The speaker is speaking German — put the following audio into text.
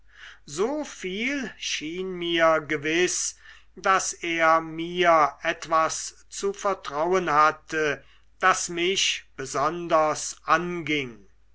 so viel schien mir gewiß daß er mir etwas zu vertrauen hatte das mich besonders anging